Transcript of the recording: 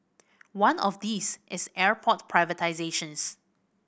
one of these is airport privatisations